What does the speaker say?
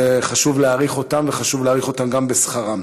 וחשוב להעריך אותם וחשוב להעריך אותם גם בשכרם.